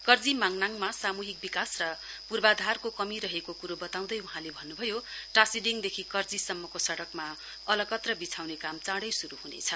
कर्जी माङनाममा सामूहिक विकास र पूर्वाधारको कमी रहेको कुरो बताउँदै वहाँले भन्नु भयो टाशीडिङदेखि कर्जीसम्मको सडकमा अलकत्र विछाउने चाडै शुरू हुनेछ